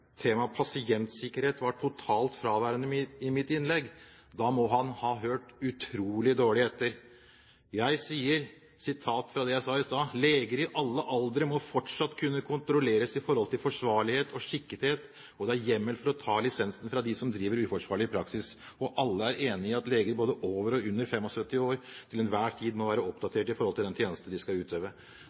temaet pasientsikkerhet var totalt fraværende i mitt innlegg. Da må han ha hørt utrolig dårlig etter. Jeg sa: «Leger i alle aldre må fortsatt kunne kontrolleres når det gjelder forsvarlighet og skikkethet, og det er hjemmel for å ta lisensen fra dem som driver uforsvarlig praksis. Alle er enig i at leger både over og under 75 år til enhver tid må være oppdatert om den tjenesten de skal utøve».